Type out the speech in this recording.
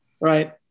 Right